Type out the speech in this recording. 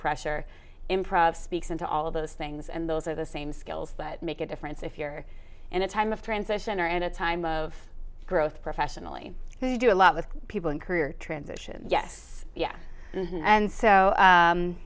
pressure improv speaks into all of those things and those are the same skills that make a difference if you're in a time of transition or at a time of growth professionally you do a lot with people in career transition yes yeah and so